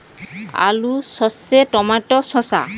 আলু সর্ষে টমেটো শসা